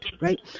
right